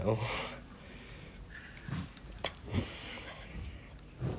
you know